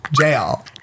jail